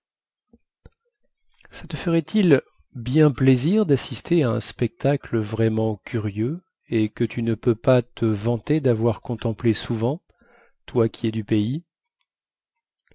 ça te ferait-il bien plaisir dassister à un spectacle vraiment curieux et que tu ne peux pas te vanter davoir contemplé souvent toi qui es du pays